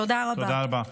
תודה רבה.